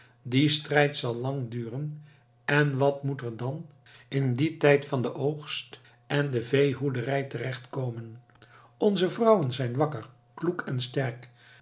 die strijd zal lang duren en wat moet er dan in dien tijd van den oogst en de veehoederij terecht komen onze vrouwen zijn wakker kloek en sterk